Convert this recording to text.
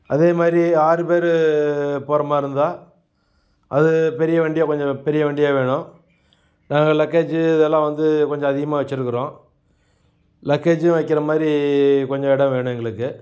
அதே மாதிரி ஆறு பேர் போகிற மாதிரிருந்தா அது பெரிய வண்டியாக கொஞ்சம் பெரிய வண்டியாக வேணும் நாங்கள் லக்கேஜ் இதெல்லாம் வந்து கொஞ்சம் அதிகமாக வச்சிருக்கிறோம் லக்கேஜ்ஜூம் வைக்கிற மாதிரி கொஞ்சம் இடம் வேணும் எங்களுக்கு